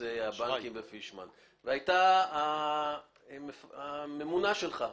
בנושא הבנקים ופישמן והייתה הממונה שלך,